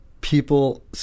people